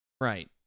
right